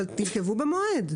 אבל תכתבו במועד.